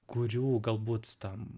kurių galbūt tam